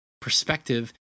perspective